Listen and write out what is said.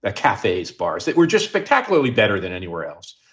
ah cafes, bars that were just spectacularly better than anywhere else.